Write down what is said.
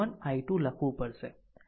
હવે i1i2 લખવું પડશે